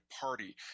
Party